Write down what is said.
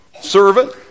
servant